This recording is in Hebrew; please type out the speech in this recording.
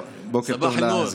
בוקר טוב לסגן,